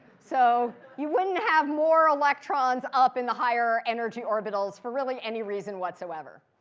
so, you wouldn't have more electrons up in the higher energy orbitals for really any reason whatsoever.